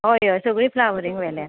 हय हय सगलीं फ्लावरींग व्हेल्या